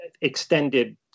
extended